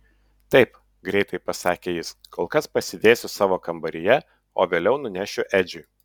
taip greitai pasakė jis kol kas pasidėsiu savo kambaryje o vėliau nunešiu edžiui